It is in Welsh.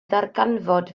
ddarganfod